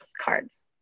cards